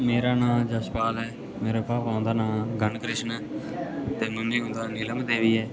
मेरा नांऽ यशपाल ऐ मेरे पापा उं'दा नांऽ गन कृष्ण ऐ ते मम्मी उं'दा नीलम देवी ऐ